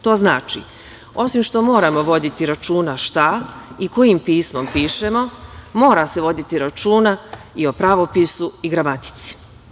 To znači, osim što moramo voditi računa šta i kojim pismom pišemo, mora se voditi računa i o pravopisu i gramatici.